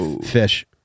Fish